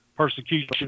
Persecution